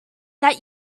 that